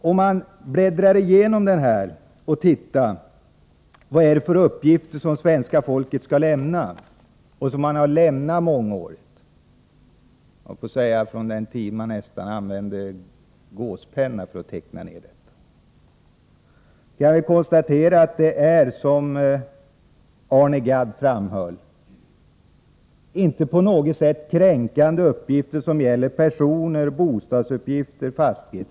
Om man bläddrar igenom propositionen och ser på vad det är för uppgifter som svenska folket skall lämna och har lämnat under många år — nästan från den tid då man använde gåspenna för att teckna ner höll jag på att säga — kan man konstatera att det, som Arne Gadd framhöll, inte på något sätt handlar om kränkande uppgifter om person, bostad och fastighet.